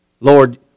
Lord